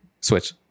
Switch